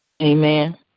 Amen